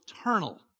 eternal